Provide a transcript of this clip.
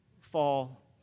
fall